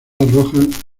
arrojan